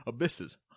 Abysses